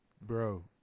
bro